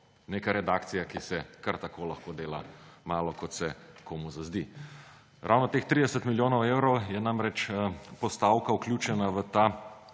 neka redakcija, ki se kar tako lahko dela, malo kot se komu zazdi. Ravno teh 30 milijonov evrov je namreč postavka, vključena v ta